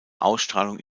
ausstrahlung